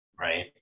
right